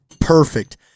perfect